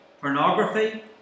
pornography